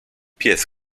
pies